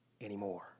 anymore